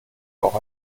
auch